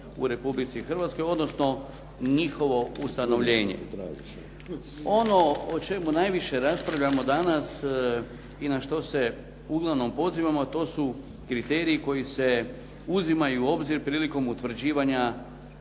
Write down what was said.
u Republici Hrvatskoj, odnosno njihovo ustanovljenje. Ono o čemu najviše raspravljamo danas i na što se uglavnom pozivamo, to su kriteriji koji se uzimaju u obzir prilikom utvrđivanja